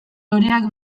loreak